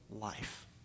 life